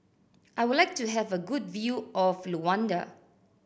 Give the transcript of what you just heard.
I would like to have a good view of Luanda